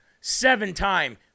Seven-time